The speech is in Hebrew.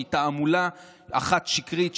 שהיא תעמולה אחת שקרית,